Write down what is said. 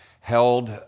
held